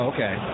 Okay